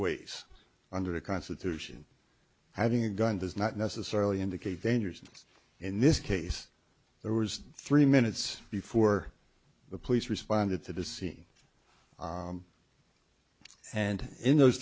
ways under the constitution having a gun does not necessarily indicate dangerousness in this case there was three minutes before the police responded to the scene and in those